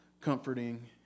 comforting